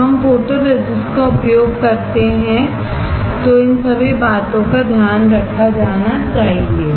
जब हम फोटोरेसिस्ट का उपयोग करते हैं तो इन सभी बातों का ध्यान रखा जाना चाहिए